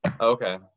Okay